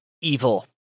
evil